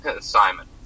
Simon